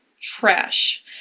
trash